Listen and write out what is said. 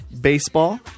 baseball